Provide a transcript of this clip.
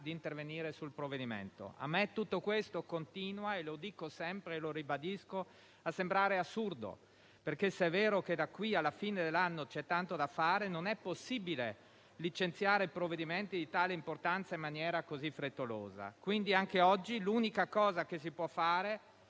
di intervenire sul provvedimento. A me tutto questo continua - lo dico sempre e lo ribadisco - a sembrare assurdo. Se è vero che da qui alla fine dell'anno c'è tanto da fare, non è possibile licenziare provvedimenti di tale importanza in maniera così frettolosa. Anche oggi, l'unica cosa che si può fare è